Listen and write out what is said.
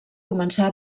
començar